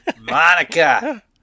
Monica